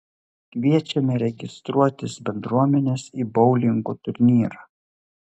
kviečiame registruotis bendruomenes į boulingo turnyrą